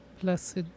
Blessed